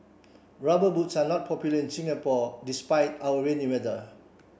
rubber boots are not popular in Singapore despite our rainy weather